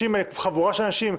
חבורה של אנשים"